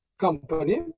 company